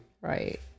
Right